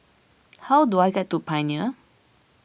how do I get to Pioneer